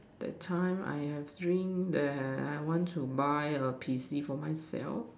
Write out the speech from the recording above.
the time I have dream that I want to buy a P_C for myself